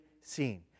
seen